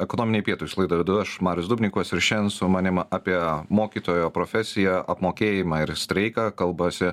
ekonominiai pietūs laidą vedu aš marius dubnikovas ir šiandien su manim apie mokytojo profesiją apmokėjimą ir streiką kalbasi